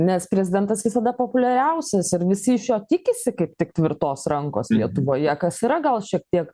nes prezidentas visada populiariausias ir visi iš jo tikisi kaip tik tvirtos rankos lietuvoje kas yra gal šiek tiek